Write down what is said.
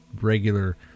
regular